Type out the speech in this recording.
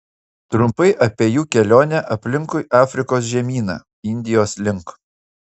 trumpai apie jų kelionę aplinkui afrikos žemyną indijos link